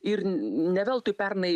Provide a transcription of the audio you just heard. ir ne veltui pernai